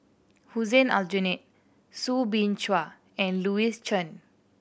Hussein Aljunied Soo Bin Chua and Louis Chen